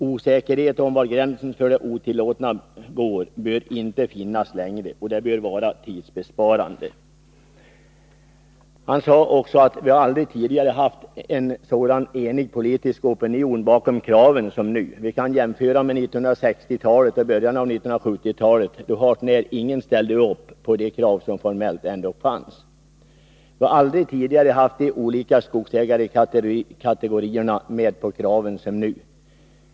Osäkerhet om var gränsen för det otillåtna går bör inte finnas längre, och det bör vara tidsbesparande.” Han sade också: ”Vi har aldrig tidigare haft en sådan enig politisk opinion bakom kraven som nu. Vi kan jämföra med 1960-talet och början av 1970-talet då hart när ingen ställde upp på de krav som formellt ändock fanns. Vi har aldrig tidigare haft de olika skogsägarekategorierna med på kraven som nu.